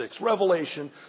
Revelation